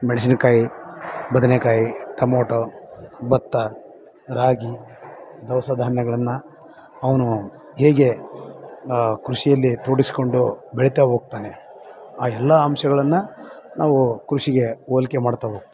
ಮೆಣಸಿನ್ಕಾಯಿ ಬದನೆಕಾಯಿ ಟಮೋಟೋ ಭತ್ತ ರಾಗಿ ದವಸಧಾನ್ಯಗಳನ್ನು ಅವನು ಹೇಗೆ ಕೃಷಿಯಲ್ಲಿ ತೋಡಿಸ್ಕೊಂಡು ಬೆಳೀತಾ ಹೋಗ್ತಾನೆ ಆ ಎಲ್ಲ ಅಂಶಗಳನ್ನು ನಾವು ಕೃಷಿಗೆ ಹೋಲ್ಕೆ ಮಾಡ್ತಾ ಹೋಗ್ತಿವಿ